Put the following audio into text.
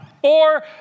four